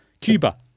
Cuba